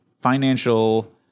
financial